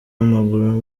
w’amaguru